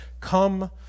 Come